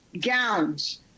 gowns